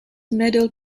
medal